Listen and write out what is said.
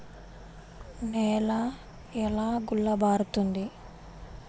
నేల ఎలా గుల్లబారుతుంది?